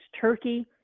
Turkey